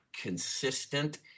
consistent